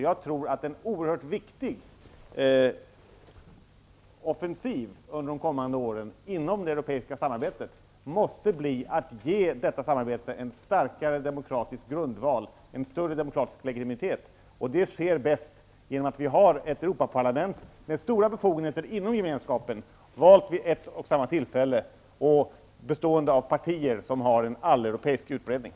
Jag tror att en oerhört viktig offensiv inom det europeiska samarbetet under de kommande åren måste bli att ge detta samarbete en starkare demokratisk grundval och en större demokratisk legitimitet. Det sker bäst genom att vi har ett Gemenskapen, valt vid ett och samma tillfälle och bestående av partier som har en alleuropeisk utbredning.